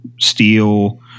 steel